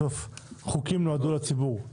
בסוף חוקים נועדו לציבור.